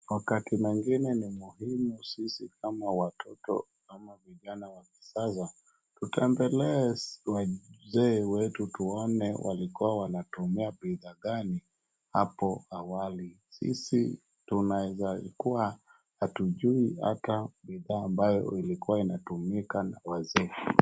Wakati mengine ni muhimu sisi kama watoto ama vijana wa kisasa tutembelee wazee wetu tuone walikuwa wanatumia bidhaa gani hapo awali. Sisi tunaweza kuwa hatujui hata bidhaa abayo ilikuwa inatumika na wazee.